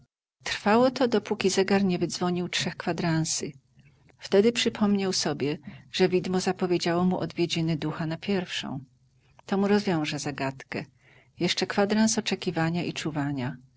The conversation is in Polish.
trwało to dopóki zegar nie wydzwonił trzech kwadransy wtedy przypomniał sobie że widmo zapowiedziało mu odwiedziny ducha na pierwszą to mu rozwiąże zagadkę jeszcze kwadrans oczekiwania i czuwania